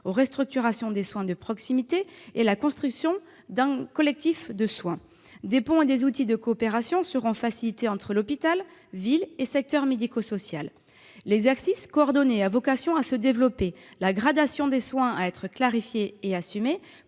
restructuration des soins de proximité et de la constitution d'un collectif de soins. Des ponts et des outils de coopération seront facilités entre hôpital, ville et secteur médico-social. L'exercice coordonné a vocation à se développer, la gradation des soins à être clarifiée et assumée,